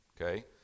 Okay